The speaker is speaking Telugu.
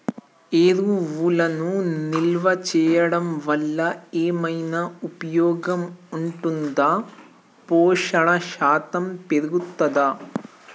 ఎరువులను నిల్వ చేయడం వల్ల ఏమైనా ఉపయోగం ఉంటుందా పోషణ శాతం పెరుగుతదా?